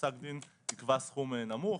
פסק דין יקבע סכום גבוה או נמוך,